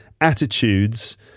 attitudes